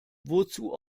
wozu